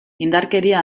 indarkeria